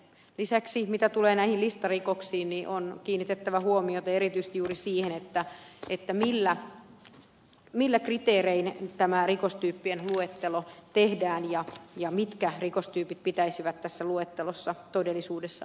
lisäksi mitä tulee näihin listarikoksiin on kiinnitettävä huomiota erityisesti juuri siihen millä kriteereillä tämä rikostyyppien luettelo tehdään ja mitkä rikostyypit pitäisi tässä luettelossa todellisuudessa olla